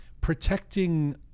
protecting